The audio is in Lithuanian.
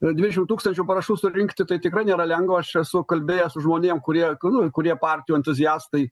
nuo dvidešim tūkstančių parašų surinkti tai tikrai nėra lengva aš esu kalbėjęs su žmonėm kurie nu kurie partijų entuziastai